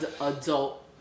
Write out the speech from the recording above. adult